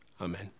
Amen